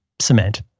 cement